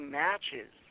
matches